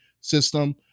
system